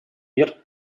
мер